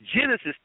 Genesis